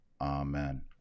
Amen